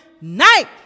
night